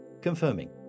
confirming